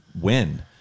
win